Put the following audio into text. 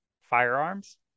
firearms